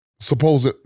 supposed